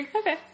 Okay